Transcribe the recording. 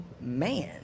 man